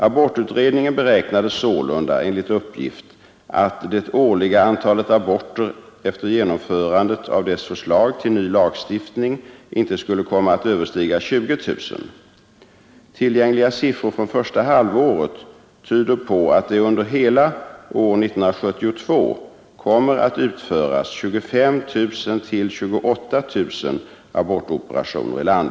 Abortutredningen beräknade sålunda enligt uppgift att det årliga antalet aborter efter genomförandet av dess förslag till ny lagstiftning inte skulle komma att överstiga 20 000. Tillgängliga siffror från första halvåret tyder på att det under hela år 1972 kommer att utföras 25 000—28 000 abortoperationer i landet.